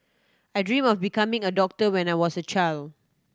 I dream of becoming a doctor when I was a child